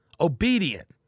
obedient